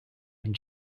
and